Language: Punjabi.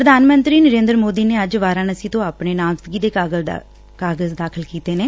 ਪ੍ਰਧਾਨ ਮੰਤਰੀ ਨਰੇ'ਦਰ ਮੋਦੀ ਨੇ ਅੱਜ ਵਾਰਾਨਸੀ ਤੋ' ਆਪਣੇ ਨਾਮਜ਼ਦਗੀ ਦੇ ਕਾਗਜ਼ ਦਾਖਲ ਕੀਤੇ ਨੇ